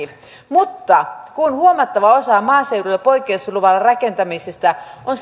mutta kun huomattava osa maaseudulla poikkeusluvalla rakentamisesta on